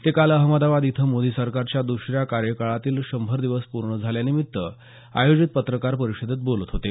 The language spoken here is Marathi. ते काल अहमदाबाद इथं मोदी सरकारच्या द्सऱ्या कार्यकाळातील शंभर दिवस पूर्ण झाल्यानिमित्त आयोजित पत्रकार परिषदेत बोलत होते